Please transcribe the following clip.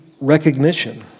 recognition